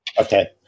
Okay